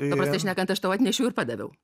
paprastai šnekant aš tau atnešiau ir padaviau